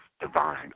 divine